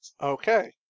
Okay